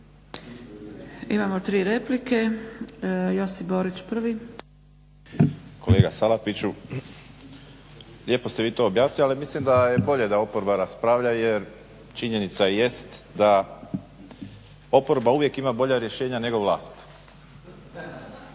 Imamo tri replike. Josip Borić, prvi. **Borić, Josip (HDZ)** Kolega Salapiću, lijepo ste vi to objasnili ali mislim da je bolje da oporba raspravlja jer činjenica jest da oporba uvijek ima bolja rješenja nego vlast.